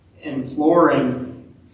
imploring